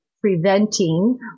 preventing